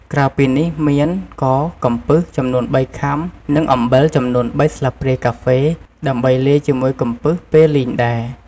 ក្រៅពីនេះមានក៏កំពឹសចំនួនបីខាំ និងអំបិលចំនួនបីសា្លបព្រាកាហ្វេ ដើម្បីលាយជាមួយកំពឹសពេលលីងដែរ។